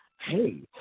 Hey